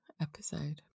episode